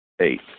Eight